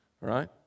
right